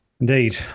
Indeed